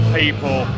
people